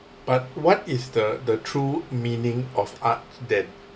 but what is the the true meaning of art that